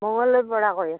মঙ্গলদৈৰ পৰা কৈ আছোঁ